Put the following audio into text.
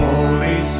Holy